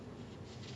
like some other game